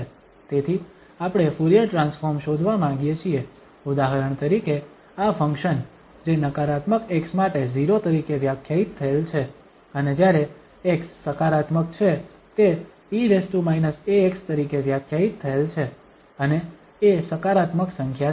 તેથી આપણે Fourier transform શોધવા માંગીએ છીએ ઉદાહરણ તરીકે આ ફંક્શન જે નકારાત્મક x માટે 0 તરીકે વ્યાખ્યાયિત થયેલ છે અને જ્યારે x સકારાત્મક છે તે e ax તરીકે વ્યાખ્યાયિત થયેલ છે અને a સકારાત્મક સંખ્યા છે